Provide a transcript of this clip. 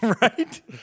Right